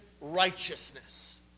righteousness